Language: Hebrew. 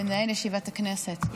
מנהל ישיבת הכנסת.